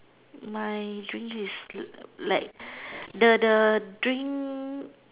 mine drinks is like the the drink